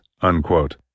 unquote